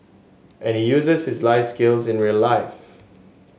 and he uses his life skills in real life